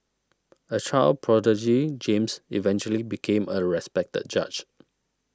a child prodigy James eventually became a respected judge